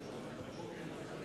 מצביע